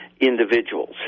individuals